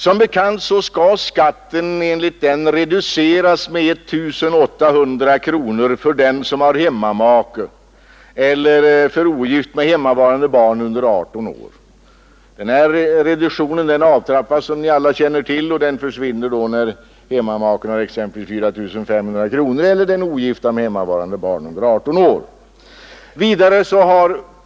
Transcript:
Som bekant skall skatten enligt detta system reduceras med 1 800 kronor för den som har hemmamake eller för ogift med hemmavarande barn under 18 år. Denna reduktion avtrappas, som ni alla känner till, och försvinner helt när hemmamaken — eller den ogifta med hemmavarande barn under 18 år — har 4 500 kronor i inkomst. Vidare har vi två spärregler.